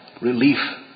relief